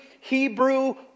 Hebrew